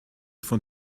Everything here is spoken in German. von